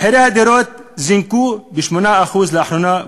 מחירי הדירות זינקו ב-8% לאחרונה,